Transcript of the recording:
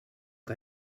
que